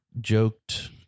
joked